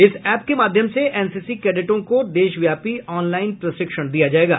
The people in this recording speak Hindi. इस ऐप के माध्यम से एनसीसी कैडटों को देशव्यापी ऑनलाइन प्रशिक्षण दिया जाएगा